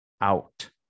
out